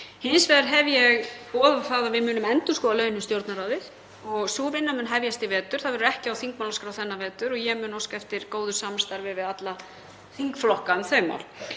hins vegar boðað að við munum endurskoða lögin um Stjórnarráðið. Sú vinna mun hefjast í vetur. Það verður ekki á þingmálaskrá þennan vetur og ég mun óska eftir góðu samstarfi við alla þingflokka um þau mál.